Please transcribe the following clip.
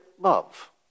love